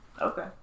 Okay